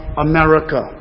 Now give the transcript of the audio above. America